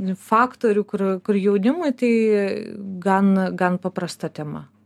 faktorių kur kur jaunimui tai gan gan paprasta tema